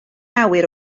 awyr